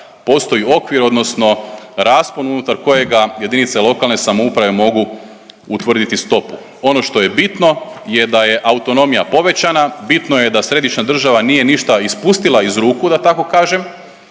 postoji okvir odnosno raspon unutar kojega jedinice lokalne samouprave mogu utvrditi stopu. Ono što je bitno je da je autonomija povećana, bitno je da središnja država nije ništa ispustila iz ruku, da tako kažem